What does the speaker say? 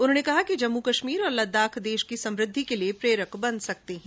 उन्होंने कहा कि जम्मू कश्मीर और लद्दाख देश की समृद्धि के लिये प्रेरक बन सकते हैं